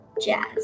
jazz